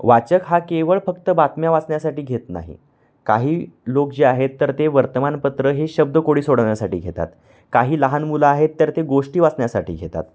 वाचक हा केवळ फक्त बातम्या वाचण्यासाठी घेत नाही काही लोक जे आहेत तर ते वर्तमानपत्र हे शब्दकोडी सोडवण्यासाठी घेतात काही लहान मुलं आहेत तर ते गोष्टी वाचण्यासाठी घेतात